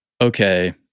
okay